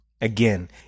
Again